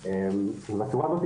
בידודים,